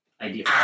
Idea